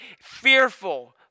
fearful